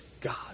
God